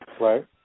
right